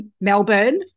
melbourne